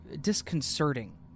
disconcerting